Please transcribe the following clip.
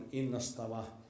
innostava